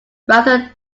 rather